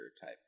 type